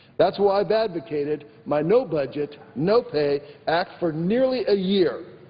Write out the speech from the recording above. that's why advocated my no budget, no pay act for nearly a year.